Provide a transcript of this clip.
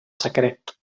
secret